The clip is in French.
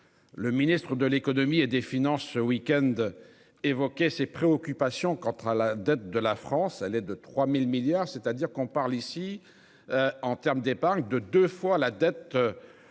Le Ministre de l'Économie et des Finances ce week-end évoqué ses préoccupations quant à la dette de la France à l'aide de 3000 milliards, c'est-à-dire qu'on parle ici. En terme d'épargne de deux fois la dette.